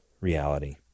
reality